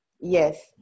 yes